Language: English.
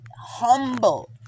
humble